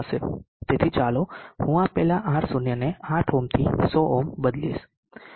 તેથી ચાલો હું પહેલા R0 ને 8 ઓહ્મ થી 100 ઓહ્મ બદલીશ